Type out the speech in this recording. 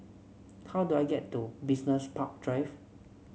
how do I get to Business Park Drive